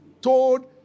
told